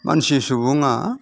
मानसि सुबुङा